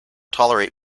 tolerate